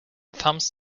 thumbs